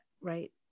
right